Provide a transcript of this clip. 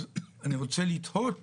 אז אני רוצה לתהות